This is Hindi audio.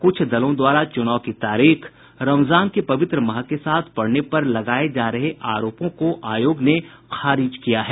कुछ दलों द्वारा चुनाव की तारीख रमजान के पवित्र माह के साथ पड़ने पर लगाये जा रहे आरोपों को आयोग ने खारिज किया है